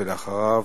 ואחריו,